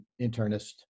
internist